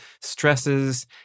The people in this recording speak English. stresses